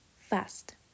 fast